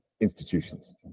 institutions